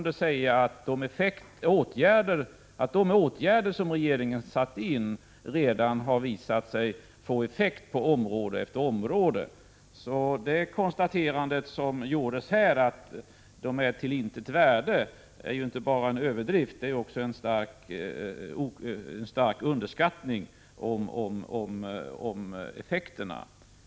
Det framkom då att de åtgärder som regeringen satt in redan har visat sig få effekt på område efter område. Det konstaterande som gjordes här, att åtgärderna är av intet värde, är inte bara en överdrift utan också en stark underskattning av effekterna.